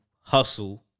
hustle